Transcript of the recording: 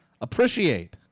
Appreciate